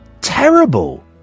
terrible